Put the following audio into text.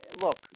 look